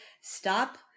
stop